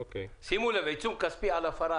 שימו לב, עיצום כספי על הפרה.